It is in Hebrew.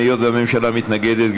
היות שהממשלה מתנגדת,